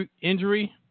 injury